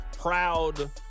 proud